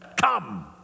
Come